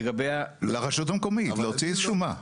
לרשות המקומית להוציא שומה.